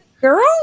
girls